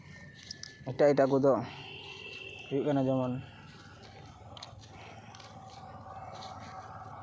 ᱮᱴᱟᱜᱼᱮᱴᱟᱜ ᱠᱚᱫᱚ ᱦᱩᱭᱩᱜ ᱠᱟᱱᱟ ᱡᱮᱢᱚᱱ